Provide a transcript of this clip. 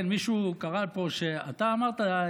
מישהו קרא פה, אתה אמרת,